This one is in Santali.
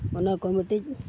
ᱚᱱᱟ ᱠᱚ ᱢᱤᱴᱤᱡ